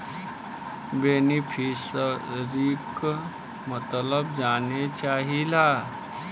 बेनिफिसरीक मतलब जाने चाहीला?